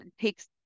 takes